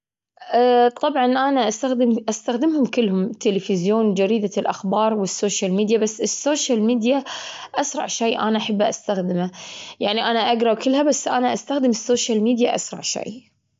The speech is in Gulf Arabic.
أحب اقرأ يا أطبخ، يا أسافر، يا أحفظ قرآن.